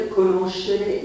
conoscere